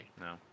No